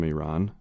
Iran